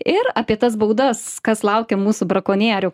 ir apie tas baudas kas laukia mūsų brakonierių